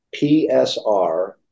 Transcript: PSR